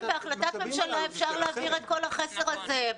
בהחלטת ממשלה אפשר להעביר את כל החסר הזה.